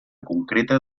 concreta